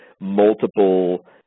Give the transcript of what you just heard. multiple